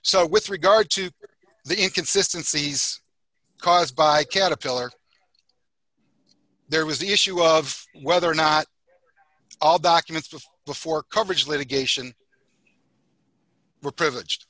so with regard to the inconsistency he's caused by caterpillar there was the issue of whether or not all documents with before coverage litigation were privileged